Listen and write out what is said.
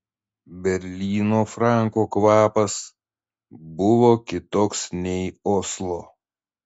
berlyno franko kvapas buvo kitoks nei oslo